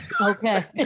Okay